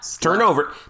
Turnover